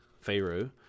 Pharaoh